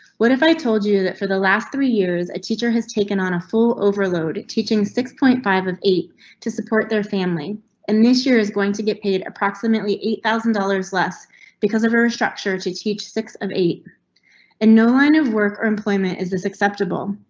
what if i told you that for the last three years a teacher has taken on a full overload? teaching six point five eight to support their family and this year is going to get paid approximately eight thousand dollars less because of her a structure to teach six of eight and no line of work or employment. is this acceptable?